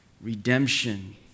redemption